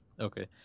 okay